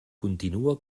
continua